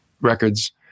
records